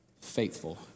faithful